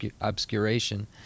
obscuration